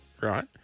right